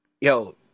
yo